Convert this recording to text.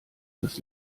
das